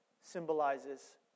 symbolizes